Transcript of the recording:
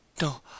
no